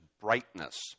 brightness